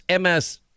MS